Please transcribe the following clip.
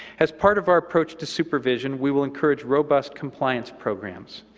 as part of our approach to supervision, we will encourage robust compliance programs.